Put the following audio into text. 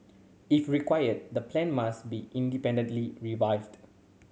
if required the plan must be independently